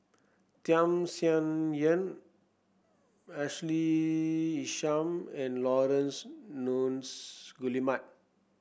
Tham Sien Yen Ashley Isham and Laurence Nunns Guillemard